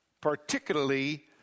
particularly